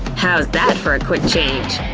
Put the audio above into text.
how's that for a quick change!